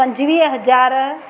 पंजुवीह हज़ार